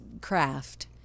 craft